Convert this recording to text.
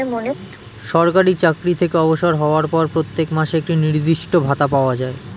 সরকারি চাকরি থেকে অবসর হওয়ার পর প্রত্যেক মাসে একটি নির্দিষ্ট ভাতা পাওয়া যায়